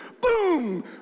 boom